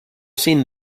seen